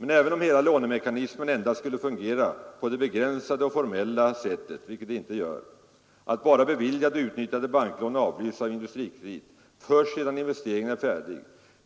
Men även om hela lånemekanismen endast skulle fungera på det begränsade och formella sättet — vilket den inte gör — att bara beviljade och utnyttjade banklån avlyfts av Industrikredit först sedan investeringen är färdig,